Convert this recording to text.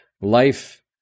Life